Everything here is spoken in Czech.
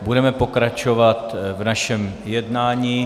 Budeme pokračovat v našem jednání.